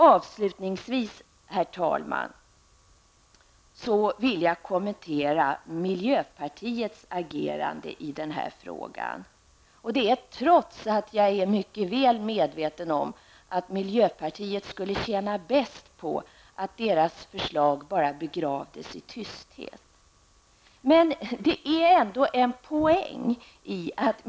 Avslutningvis, herr talman, vill jag kommentera miljöpatiets agerande, trots att jag är mycket väl medveten om att partiet tjänar bäst på att dess förslag bara begravs i tysthet. Det finns här ändå en poäng.